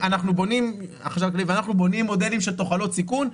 אנחנו בוחנים מודלים של תוחלות סיכון.